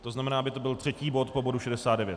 To znamená, aby to byl třetí bod po bodu 69.